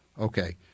Okay